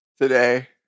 today